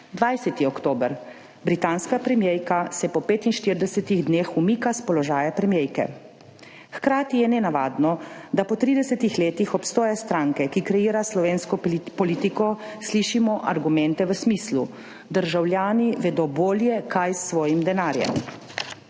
20. oktober: »Britanska premierka se po 45 dneh umika s položaja premierke.« Hkrati je nenavadno, da po 30 letih obstoja stranke, ki kreira slovensko politiko, slišimo argumente v smislu: državljani vedo bolje kaj s svojim denarjem.